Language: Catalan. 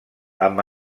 amb